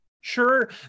Sure